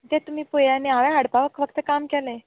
तें तुमी पळयात न्ही हावेंन फक्त हाडपा काम केलें